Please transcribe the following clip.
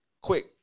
Quick